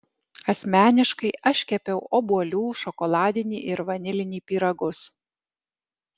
asmeniškai aš kepiau obuolių šokoladinį ir vanilinį pyragus